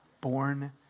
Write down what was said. born